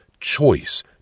choice